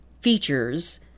features